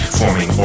forming